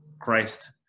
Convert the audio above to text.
Christ